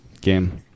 game